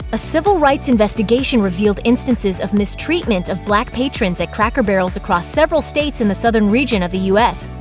a civil rights investigation revealed instances of mistreatment of black patrons at cracker barrels across several states in the southern region of the u s,